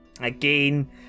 Again